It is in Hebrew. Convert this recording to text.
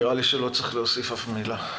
נראה לי שלא צריך להוסיף אף מילה.